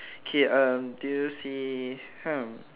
k uh do you see !huh!